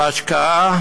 על השקעה